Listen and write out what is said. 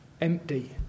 empty